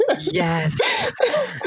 Yes